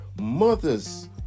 mothers